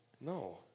No